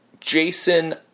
Jason